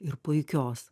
ir puikios